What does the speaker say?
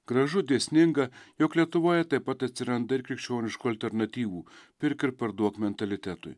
gražu dėsninga jog lietuvoje taip pat atsiranda ir krikščioniškų alternatyvų pirk ir parduok mentalitetui